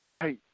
Hey